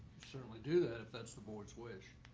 certainly do that. if that's the board's wish.